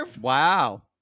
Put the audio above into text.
Wow